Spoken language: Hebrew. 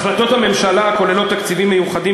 החלטות הממשלה כוללות תקציבים מיוחדים,